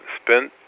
spent